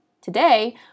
Today